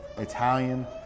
Italian